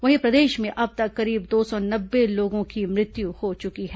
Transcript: वहीं प्रदेश में अब तक करीब दो सौ नब्बे लोगों की मृत्यु हो चुकी है